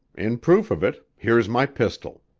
in proof of it, here's my pistol.